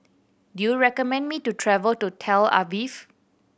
do you recommend me to travel to Tel Aviv